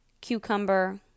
cucumber